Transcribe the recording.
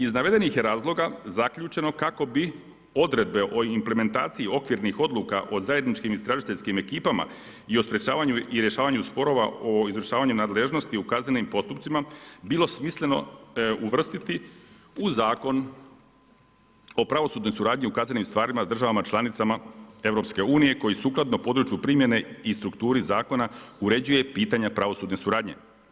Iz navedenih je razloga zaključeno kako bi odredbe o implementaciji okvirnih odluka o zajedničkim istražiteljskim ekipama i o sprječavanju i rješavanju sporova o izvršavanju nadležnosti u kaznenim postupcima, bilo smisleno uvrstiti u Zakon o pravosudnoj suradnji u kaznenim stvarima država članicama EU, koji sukladno području primjene i strukturi zakona uređuje pitanja pravosudne suradnje.